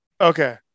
Okay